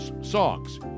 songs